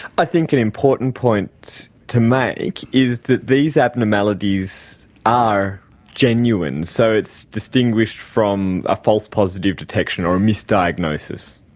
i think an important point to make is that these abnormalities are genuine. so it's distinguished from a false positive detection or a misdiagnosis.